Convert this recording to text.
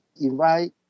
invite